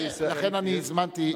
לכן אני הזמנתי,